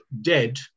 dead